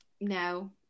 no